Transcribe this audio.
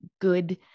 good